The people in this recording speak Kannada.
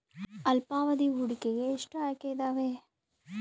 ಅಲ್ಪಾವಧಿ ಹೂಡಿಕೆಗೆ ಎಷ್ಟು ಆಯ್ಕೆ ಇದಾವೇ?